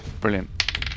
Brilliant